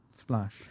splash